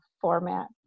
format